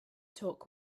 talk